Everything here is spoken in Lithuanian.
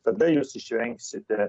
tada jūs išvengsite